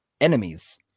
enemies